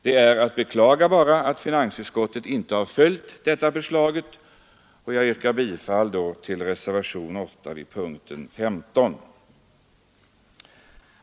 Det är bara att beklaga att finansutskottet inte har följt detta, och jag yrkar bifall till reservationen 8 vid punkten 15 i finansutskottets betänkande.